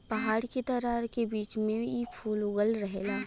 पहाड़ के दरार के बीच बीच में इ फूल उगल रहेला